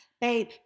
babe